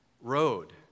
road